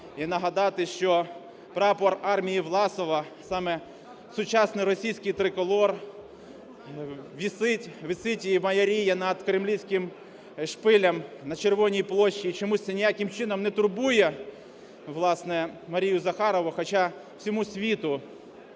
і нагадати, що прапор армії Власова – саме сучасний російський триколор – висить, висить і майоріє над кремлівським шпилем на Червоній площі. І чомусь це ніяким чином не турбує, власне, Марію Захарову. Хоча всьому світу